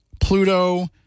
Pluto